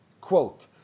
quote